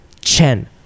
Chen